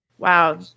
Wow